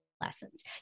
lessons